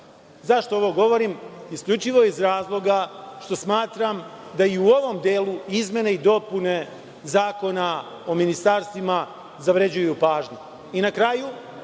ovo govorim? Isključivo iz razloga što smatram da i u ovom delu izmene i dopune Zakona o ministarstvima zavređuju pažnju. Na kraju,